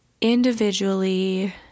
individually